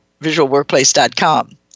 visualworkplace.com